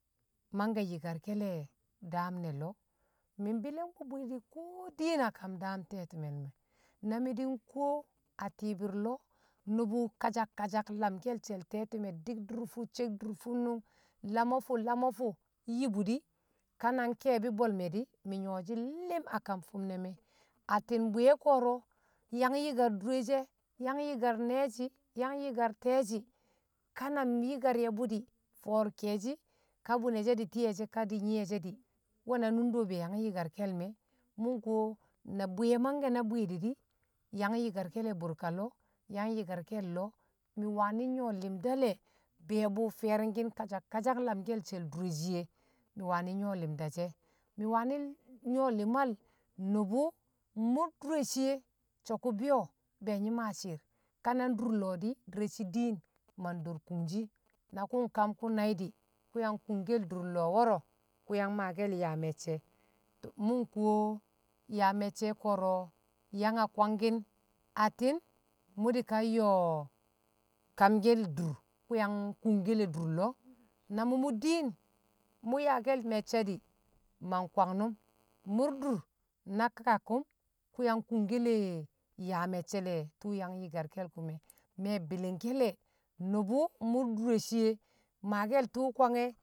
Mangke̱ yi̱karke̱ le̱ daam ne̱ lo̱o̱ mi̱ mbi̱li̱ngbṵ bwi̱i̱di̱ ko diin a daam te̱ti̱me̱l me̱, na mi̱ di̱ nkawo a ti̱i̱bi̱r lo̱o̱ nṵbṵ kasak kasak lamke̱l she̱l te̱ti̱me̱ di̱k dur fṵ cek dur fṵnnung, lamo fṵ lamo fṵ yibu di̱ ka na nke̱e̱bi̱ bwe̱l me̱ di̱ mi̱ nyo̱shi̱ li̱m a kam fim ne̱ atti̱n buye̱ ko̱ro̱ yang yi̱kar dure she̱ yang yi̱kar ne̱e̱shi̱, yang yi̱kar te̱e̱shi̱, ka nan nyi̱kar ye̱bṵ di̱ fo̱o̱r ke̱e̱shi̱ ka bṵne̱ she̱ di̱ ti̱ye̱ she̱ ka di̱ nyi̱ye̱ she̱ di̱ we̱ na nundo be̱e̱ yang yi̱karke̱l me̱, mṵ nko na buye̱ mangke̱ na bwi̱i̱di̱ di̱ yang yi̱karke̱ le̱ bṵrka loo yang yi̱karke̱ le̱ loo, mi̱ wani̱ nyo̱ limda le̱ be̱e̱bi̱ wṵ fi̱ye̱ri̱ng ki̱n kasak kasak lamke̱ le̱ she̱l dure shiye mi̱ wani̱ nyo̱ li̱mda she̱, mi̱ wani̱ nyo̱ li̱mal nṵbṵ mṵr dure shiye so̱ kṵ bi̱yo̱ be̱ nyi̱ maa shi̱i̱r ka na ndur lo̱ di̱ di̱re̱ shi̱ diin ma ndol kunshi na kṵ nkam kṵ nai̱ di̱ kṵyan kunkel durlo̱o̱ wo̱ro̱ kṵ yang maa yaa me̱cce̱ mṵ nko yan me̱cce̱ ko̱ro̱ yang a kwangki̱n atti̱n mṵ di̱kan yo̱o̱ kamke̱l dur kṵ yang kung ke̱le̱ dur lo̱o̱ na mṵ mṵ diin mṵ yaake̱l me̱cce̱ di̱ mankwangnṵm mur dur na kakkṵm kṵ yang kung ke̱le̱ yaa me̱cce̱ le̱ tṵ yang yi̱karke̱l kṵme̱ me̱ bi̱li̱ngke̱ le̱ nṵbṵ mur dure shiye maakel tṵ kwange̱.